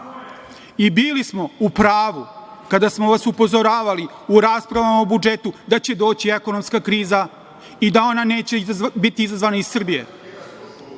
smo u pravu kada smo vas upozoravali u raspravama o budžetu, da će doći ekonomska kriza i da ona neće biti izazvana iz Srbije.